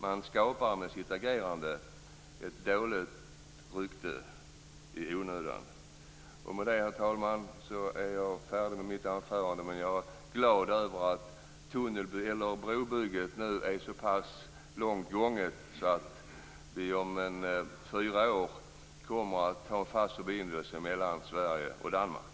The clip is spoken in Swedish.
Med sitt agerande skapar de ett dåligt rykte i onödan. Med det, herr talman, är jag färdig med mitt anförande. Jag är glad över att brobygget nu är så långt gånget att vi om fyra år kommer att ha en fast förbindelse mellan Sverige och Danmark.